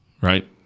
right